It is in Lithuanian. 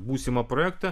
būsimą projektą